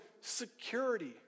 security